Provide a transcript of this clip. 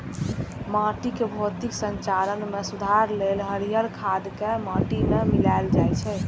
माटिक भौतिक संरचना मे सुधार लेल हरियर खाद कें माटि मे मिलाएल जाइ छै